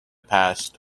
past